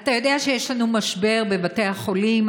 אתה יודע שיש לנו משבר בבתי החולים.